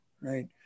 right